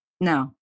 No